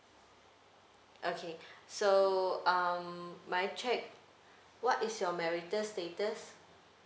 okay so um may I check what is your marital status